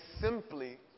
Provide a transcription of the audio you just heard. simply